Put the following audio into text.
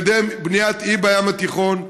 לקדם בניית אי בים התיכון,